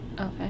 Okay